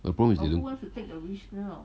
but the problem is the do~